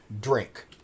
drink